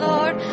Lord